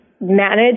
manage